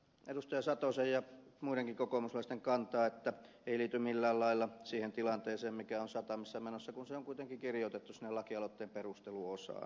satosen ja muidenkin kokoomuslaisten kantaa että ei liity millään lailla siihen tilanteeseen mikä on satamissa menossa kun se on kuitenkin kirjoitettu sinne lakialoitteen perusteluosaan